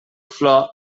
flor